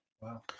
Wow